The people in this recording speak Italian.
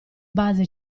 base